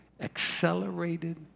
accelerated